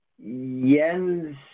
Jens